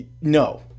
No